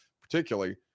particularly